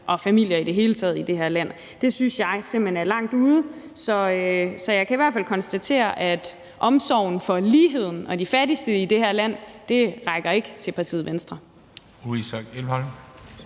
og familier i det hele taget i det her land. Det synes jeg simpelt hen er langt ude. Så jeg kan i hvert fald konstatere, at omsorgen for ligheden og de fattigste i det her land ikke når til partiet Venstre.